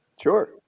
Sure